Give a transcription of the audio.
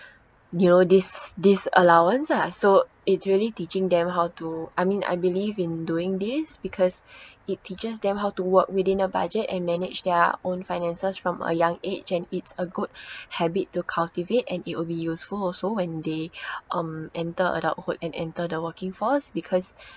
you know this this allowance ah so it's really teaching them how to I mean I believe in doing this because it teaches them how to work within a budget and manage their own finances from a young age and it's a good habit to cultivate and it'll be useful also when they um enter adulthood and enter the working force because